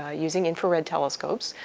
ah using infrared telescopes,